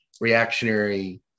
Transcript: reactionary